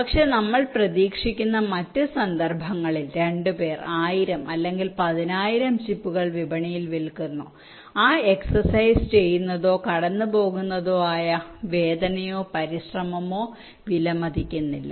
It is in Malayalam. പക്ഷേ ഞങ്ങൾ പ്രതീക്ഷിക്കുന്ന മറ്റ് സന്ദർഭങ്ങളിൽ രണ്ടുപേർ 1000 അല്ലെങ്കിൽ 10000 ചിപ്പുകൾ വിപണിയിൽ വിൽക്കുന്നു ആ എക്സർസൈസ് ചെയ്യുന്നതോ കടന്നുപോകുന്നതോ ആയ വേദനയോ പരിശ്രമമോ വിലമതിക്കുന്നില്ല